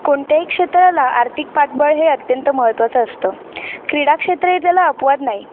कोणत्याही क्षेत्राला आर्थिक पाठबळ हे अत्यंत महत्त्वाचं असतं क्रीडाक्षेत्रही त्याला अपवाद नाही